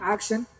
Action